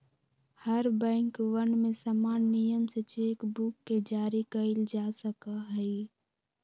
हर बैंकवन में समान नियम से चेक बुक के जारी कइल जा सका हई